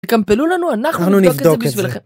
תקמפלו לנו אנחנו נבדוק את זה בשבילכם.